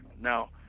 now